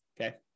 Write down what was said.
Okay